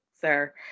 sir